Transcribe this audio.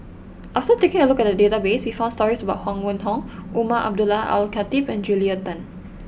after taking a look at the database we found stories about Huang Wenhong Umar Abdullah Al Khatib and Julia Tan